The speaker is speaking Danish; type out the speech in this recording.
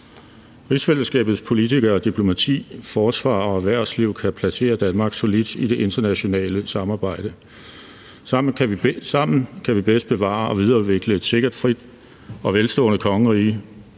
Rigsfællesskabets politikere, diplomati, forsvar og erhvervsliv kan placere Danmark solidt i det internationale samarbejde. Sammen kan vi bedst bevare og videreudvikle et sikkert, frit og velstående kongerige